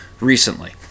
recently